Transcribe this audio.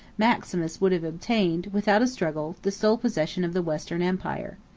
maximus would have obtained, without a struggle, the sole possession of the western empire.